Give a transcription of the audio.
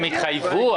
הם התחייבו.